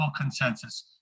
consensus